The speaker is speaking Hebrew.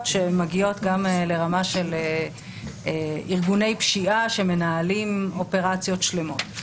שמגיעות גם לרמה של ארגוני פשיעה שמנהלים אופרציות שלמות.